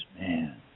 man